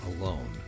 alone